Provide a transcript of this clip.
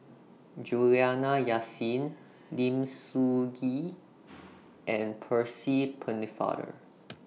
Juliana Yasin Lim Soo Ngee and Percy Pennefather